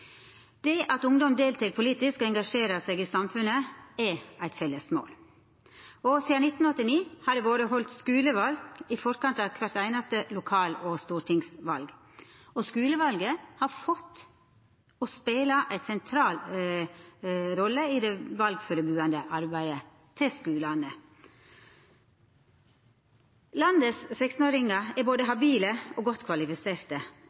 Det at ungdom deltek politisk og engasjerer seg i samfunnet, er eit felles mål. Sidan 1989 har det vore halde skuleval i forkant av kvart einaste lokal- og stortingsval. Skulevalet har fått, og spelar, ei sentral rolle i det valførebuande arbeidet til skulane. Landets 16-åringar er både habile og godt kvalifiserte,